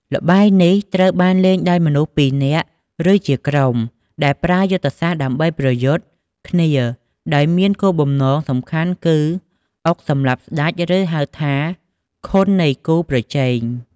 ល្បែងនេះត្រូវបានលេងដោយមនុស្សពីរនាក់ ឬជាក្រុម ដែលប្រើយុទ្ធសាស្ត្រដើម្បីប្រយុទ្ធគ្នាដោយមានគោលបំណងសំខាន់គឺអុកសម្លាប់ស្ដេច ឬហៅថា ខុន នៃគូប្រជែង។